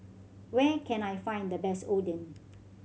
where can I find the best Oden